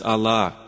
Allah